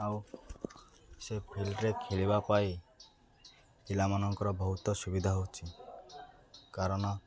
ଆଉ ସେ ଫିଲ୍ଡରେ ଖେଳିବା ପାଇଁ ପିଲାମାନଙ୍କର ବହୁତ ସୁବିଧା ହେଉଛି କାରଣ